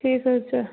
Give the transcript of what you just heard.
ٹھیٖک حظ چھُ